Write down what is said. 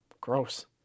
Gross